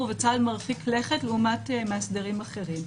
וצעד מרחיק לכת לעומת מאסדרים אחרים.